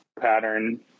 pattern